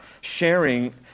sharing